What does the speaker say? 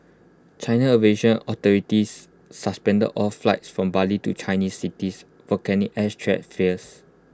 China's aviation authorities suspended all flights from Bali to Chinese cities volcanic ash threat